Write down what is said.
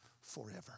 forever